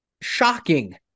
shocking